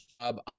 job